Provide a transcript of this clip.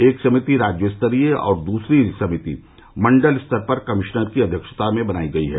एक समिति राज्य स्तरीय और दूसरी समिति मंडलीय स्तर पर कमिश्नर की अध्यक्षता में बनाई गई है